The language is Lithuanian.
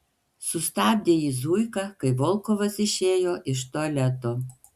sustabdė jį zuika kai volkovas išėjo iš tualeto